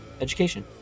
education